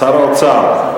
שר האוצר,